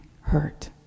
hurt